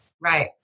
Right